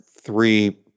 three